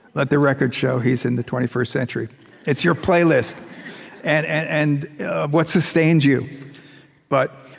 let the record show, he's in the twenty first century it's your playlist and what sustains you but